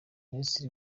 minisitiri